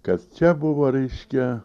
kad čia buvo reiškia